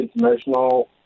international